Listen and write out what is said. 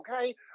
okay